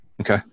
okay